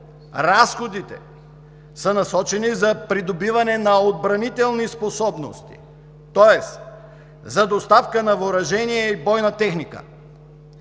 разходите са насочени за придобиване на отбранителни способности, тоест за доставка на въоръжение и бойна техника.